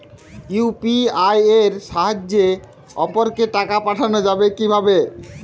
UPI এর সাহায্যে অপরকে টাকা পাঠানো যাবে কিভাবে?